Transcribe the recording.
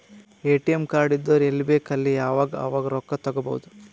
ATM card ಇದ್ದುರ್ ಎಲ್ಲಿ ಬೇಕ್ ಅಲ್ಲಿ ಯಾವಾಗ್ ಅವಾಗ್ ರೊಕ್ಕಾ ತೆಕ್ಕೋಭೌದು